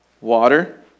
Water